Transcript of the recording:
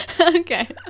Okay